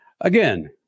Again